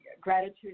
gratitude